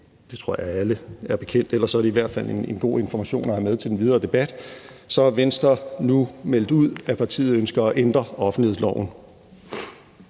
det tror jeg at alle er bekendt med, ellers er det i hvert fald en god information at have med til den videre debat – har Venstre nu meldt ud, at partiet ønsker at ændre offentlighedsloven.